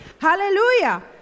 Hallelujah